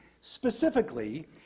specifically